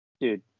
dude